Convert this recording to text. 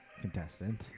contestant